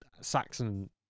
Saxon